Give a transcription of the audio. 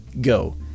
Go